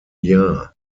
jahr